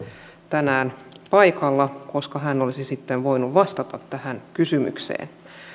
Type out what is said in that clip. tänään paikalla koska hän olisi sitten voinut vastata tähän kysymykseen